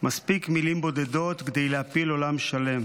/ מספיק מילים בודדות / כדי להפיל עולם שלם.